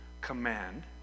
command